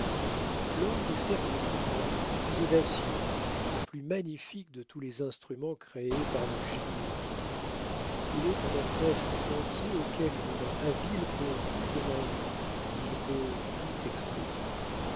l'orgue est certes le plus grand le plus audacieux le plus magnifique de tous les instruments créés par le génie humain il est un orchestre entier auquel une main habile peut tout demander il peut tout exprimer